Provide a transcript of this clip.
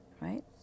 Right